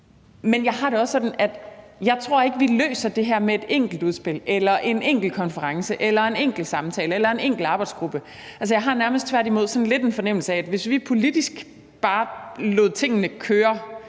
Men jeg har det også sådan, at jeg ikke tror, vi løser det her med et enkelt udspil eller en enkelt konference eller en enkelt samtale eller en enkelt arbejdsgruppe. Jeg har nærmest tværtimod sådan lidt en fornemmelse af, at hvis vi politisk bare lod tingene køre